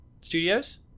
Studios